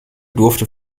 durfte